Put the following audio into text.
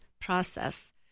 process